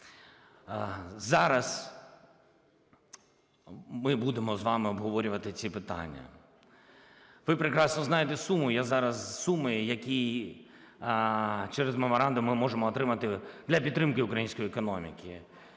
Зараз ми будемо з вами обговорювати ці питання. Ви прекрасно знаєте суму, я зараз… суми, які через меморандум ми можемо отримати для підтримки української економіки.